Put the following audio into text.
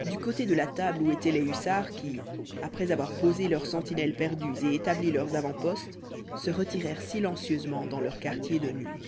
du côté de la table où étaient les hussards qui après avoir posé leurs sentinelles perdues et établi leurs avant-postes se retirèrent silencieusement dans leurs quartiers de nuit